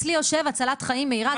אצלי יושב הצלת חיים מהירה,